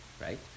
right